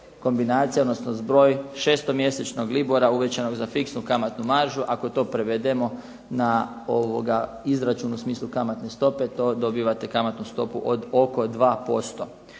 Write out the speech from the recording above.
kombinacija odnosno zbroj šestomjesečnog libora uvećanog za fiksnu kamatnu maržu. Ako to prevedemo na izračun u smislu kamatne stope, dobivate kamatnu stopu od oko 2%.